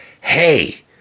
Hey